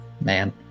man